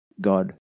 God